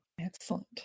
Excellent